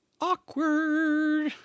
Awkward